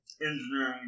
Engineering